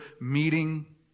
meeting